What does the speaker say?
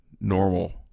normal